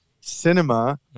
Cinema